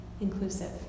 Inclusive